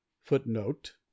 footnote